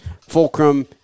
Fulcrum